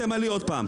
תמלאי עוד פעם.